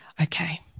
Okay